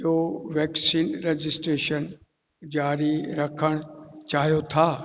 जो vaccine registration जारी रखण चाहियो था